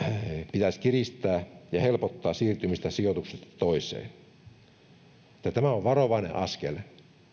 pitäisi kiristää ja helpottaa siirtymistä sijoituksesta toiseen eli tämä on varovainen askel